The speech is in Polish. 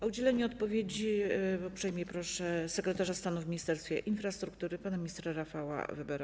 O udzielenie odpowiedzi uprzejmie proszę sekretarza stanu w Ministerstwie Infrastruktury pana ministra Rafała Webera.